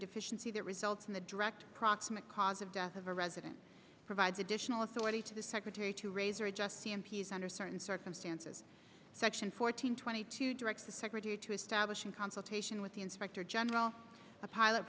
deficiency that results in the direct proximate cause of death of a resident provides additional authority to the secretary to raise or adjust the m p s under certain circumstances section four hundred twenty two directs the secretary to establish in consultation with the inspector general a pilot